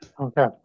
Okay